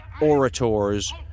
orators